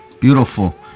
beautiful